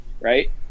right